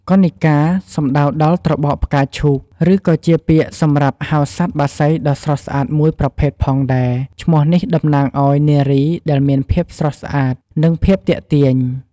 កន្និកា សំដៅដល់ត្របកផ្កាឈូក ឬក៏ជាពាក្យសម្រាប់ហៅសត្វបក្សីដ៏ស្រស់ស្អាតមួយប្រភេទផងដែរ ឈ្មោះនេះតំណាងឲ្យ នារីដែលមានភាពស្រស់ស្អាត និងភាពទាក់ទាញ។